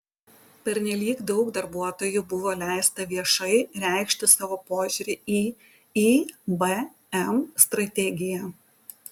pernelyg daug darbuotojų buvo leista viešai reikšti savo požiūrį į ibm strategiją